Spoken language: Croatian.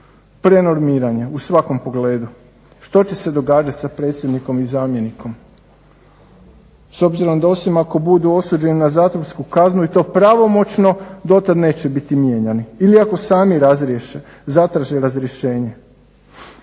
prenormiranje u svakom pogledu. Što će se događati sa predsjednikom i zamjenikom? S obzirom da osim ako budu osuđeni na zatvorsku kaznu i to pravomoćno do tada neće biti mijenjani ili ako sami zatraže razrješenje.